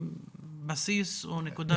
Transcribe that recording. שיהווה בסיס או נקודת מוצא לטיפול.